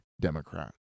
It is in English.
Democrat